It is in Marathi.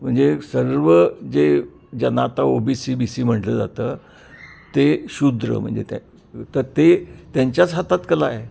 म्हणजे सर्व जे ज्यांना आता O B C B C म्हटलं जातं ते शुद्र म्हणजे त्या तर ते त्यांच्याच हातात कला आहे